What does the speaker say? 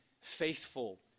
faithful